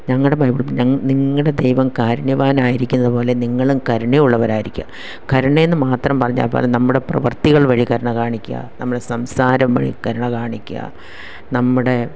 ഞങ്ങടെ ബൈബിൾ ഞങ്ങ നിങ്ങളുടെ ദൈവം കാരുണ്യവാനായിരിക്കുന്നതുപോലെ നിങ്ങളും കരുണയുള്ളവരായിരുക്കുക കരുണ എന്ന് മാത്രം പറഞ്ഞാല് പോര നമ്മുടെ പ്രവൃത്തികൾ വഴി കരുണ കാണിക്കുക നമ്മളെ സംസാരം വഴി കരുണ കാണിക്കുക നമ്മുടെ